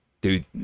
dude